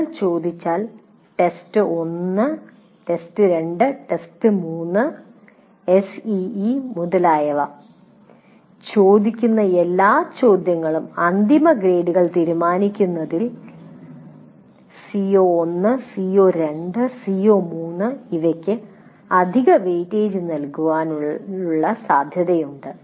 നിങ്ങൾ ചോദിച്ചാൽ test 1 test 2 test 3 SEE മുതലായവ ചോദിക്കുന്ന എല്ലാ ചോദ്യങ്ങളും അന്തിമ ഗ്രേഡുകൾ തീരുമാനിക്കുന്നതിൽ CO1 CO2 CO3 എന്നിവയ്ക്ക് അധിക വെയിറ്റേജ് നൽകാനുള്ള സാധ്യതയുണ്ട്